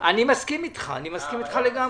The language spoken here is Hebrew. אני מסכים איתך לגמרי.